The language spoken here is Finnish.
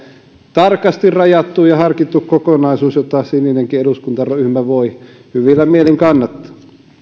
tarkasti rajattu ja harkittu kokonaisuus jota sininenkin eduskuntaryhmä voi hyvillä mielin kannattaa